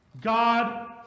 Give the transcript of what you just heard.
God